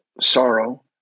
sorrow